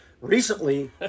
recently